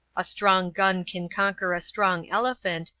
a strong gun can conquer a strong elephant,